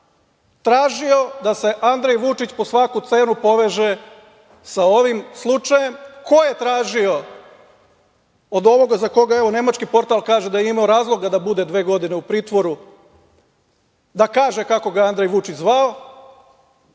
zašto tražio da se Andrej Vučić po svaku cenu poveže sa ovim slučajem, ko je tražio od ovoga za koga evo nemački portal kaže da je imao razloga da bude dve godine u pritvoru, da kaže kako ga je Andrej Vučić zvao,